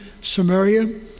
Samaria